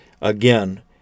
again